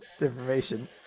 information